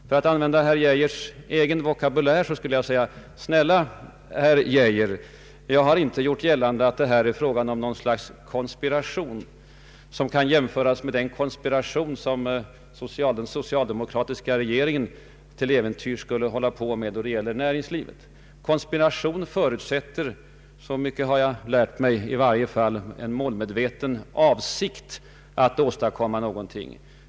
För att använda herr Geijers egen vokabulär skulle jag vilja säga: Snälla herr Geijer, jag har inte gjort gällande att det här är fråga om något slags konspiration som kan jämföras med den konspiration som den socialdemokratiska regeringen till äventyrs skulle hålla på med när det gäller näringslivet. Konspiration förutsätter — så mycket har jag lärt mig — i varje fall en målmedveten avsikt att åstadkomma någonting.